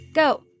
Go